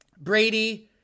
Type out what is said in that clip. Brady